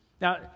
now